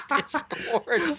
Discord